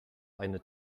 eine